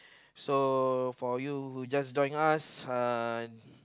so for you who just join us uh